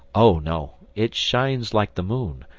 oh, no. it shines like the moon,